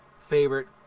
favorite